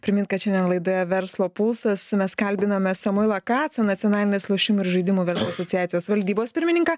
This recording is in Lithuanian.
primint kad šiandien laidoje verslo pulsas mes kalbinome samoilą kacą nacionalinės lošimų ir žaidimų verslo asociacijos valdybos pirmininką